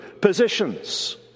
positions